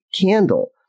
candle